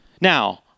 Now